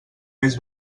més